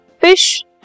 fish